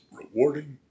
rewarding